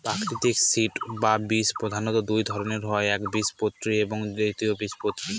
প্রাকৃতিক সিড বা বীজ প্রধানত দুই ধরনের হয় একবীজপত্রী এবং দ্বিবীজপত্রী